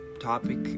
topic